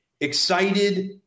excited